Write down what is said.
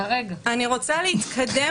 אנחנו לא מדברים עליהם בכלל.